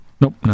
Nope